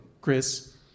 Chris